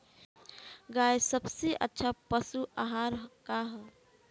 गाय के सबसे अच्छा पशु आहार का ह?